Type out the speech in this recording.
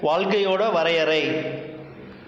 வாழ்க்கையோடய வரையறை